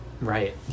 right